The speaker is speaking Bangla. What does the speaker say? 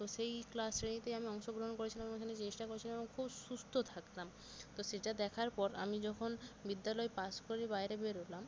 তো সেই ক্লাসেতে আমি অংশগ্রহণ করেছিলাম এবং চেষ্টা করেছিলাম খুব সুস্থ থাকতাম তো সেটা দেখার পর আমি যখন বিদ্যালয় পাশ করে বাইরে বেরলাম